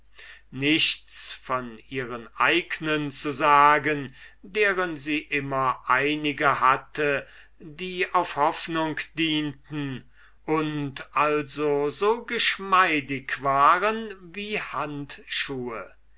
nichts von ihren eignen zu sagen deren sie immer einige hatte die auf hoffnung dienten und also so geschmeidig waren wie handschuhe